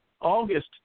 August